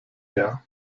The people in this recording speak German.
her